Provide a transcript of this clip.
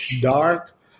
dark